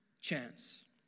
chance